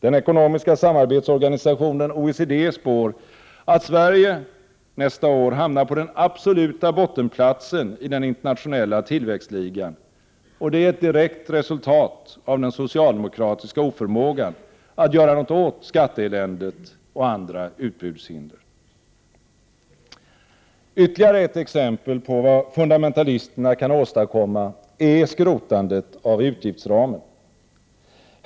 Den ekonomiska samarbetsorganisationen OECD spår att Sverige nästa år hamnar på den absoluta bottenplatsen i den internationella tillväxtligan, och det är ett direkt resultat av den socialdemokratiska oförmågan att göra något åt skatteeländet och andra utbudshinder. Ytterligare ett exempel på vad fundamentalisterna kan åstadkomma är skrotandet av utgiftsramen.